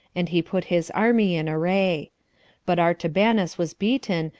and he put his army in array but artabanus was beaten,